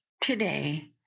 today